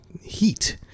heat